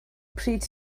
pryd